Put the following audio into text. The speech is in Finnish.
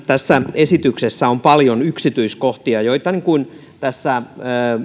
tässä esityksessä on paljon yksityiskohtia ja niin kuin tässä